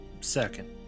Second